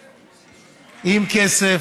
השר,